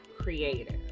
creative